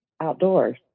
outdoors